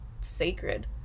sacred